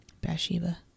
Bathsheba